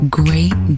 great